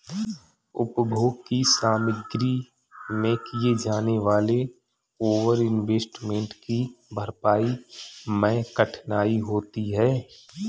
उपभोग की सामग्री में किए जाने वाले ओवर इन्वेस्टमेंट की भरपाई मैं कठिनाई होती है